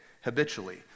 habitually